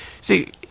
See